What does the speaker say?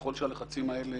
ככל שהלחצים האלה